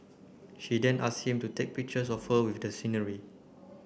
she then asked him to take pictures of her with the scenery